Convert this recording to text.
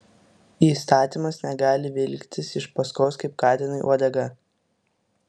įstatymas negali vilktis iš paskos kaip katinui uodega